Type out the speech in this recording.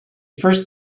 first